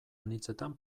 anitzetan